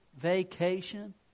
vacation